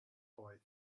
boy